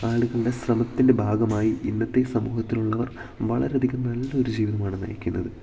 ആളുകളുടെ ശ്രമത്തിൻ്റെ ഭാഗമായി ഇന്നത്തെ സമൂഹത്തിലുള്ളവർ വളരെയധികം നല്ലൊരു ജീവിതമാണ് നയിക്കുന്നത്